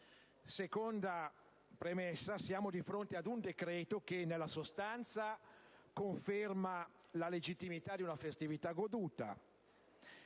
Seconda premessa: siamo di fronte ad un decreto che nella sostanza conferma la legittimità di una festività goduta.